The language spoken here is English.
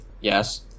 Yes